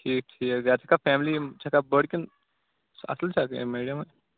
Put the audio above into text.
ٹھیٖک ٹھیٖک گَرِ چھَکھا فیملی یِم چھَکھا بٔڈ کِنہٕ سُہ اَصٕل چھَکھ میٖڈیَم